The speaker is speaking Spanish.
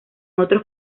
otros